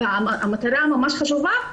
המטרה ממש חשובה,